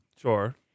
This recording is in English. Sure